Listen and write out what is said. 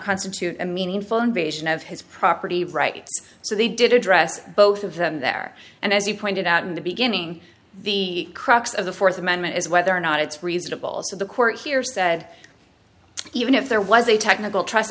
constitute a meaningful invasion of his property rights so they did address both of them there and as you pointed out in the beginning the crux of the fourth amendment is whether or not it's reasonable so the court here said even if there was a technical tr